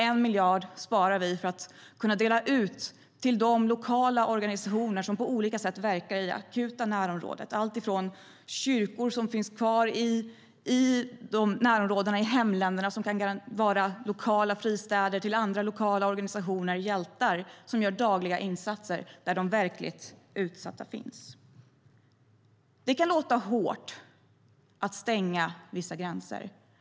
1 miljard sparar vi för att kunna dela ut till de lokala organisationer som på olika sätt verkar i det akuta närområdet, alltifrån kyrkor som finns kvar i närområdena och hemländerna och kan vara lokala fristäder till andra lokala organisationer och hjältar som gör dagliga insatser där de verkligt utsatta finns. Det kan låta hårt att stänga vissa gränser.